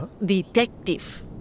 Detective